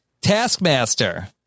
Taskmaster